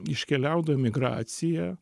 iškeliaudavo į migraciją